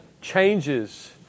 changes